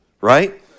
right